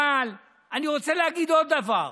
אבל אני רוצה להגיד עוד דבר.